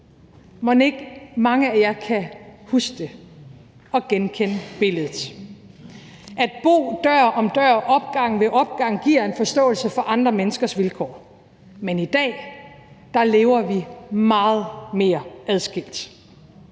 Mon ikke mange af jer kan huske det og genkende billedet. At bo dør om dør og opgang om opgang giver en forståelse for andre menneskers vilkår. Men i dag lever vi meget mere adskilt.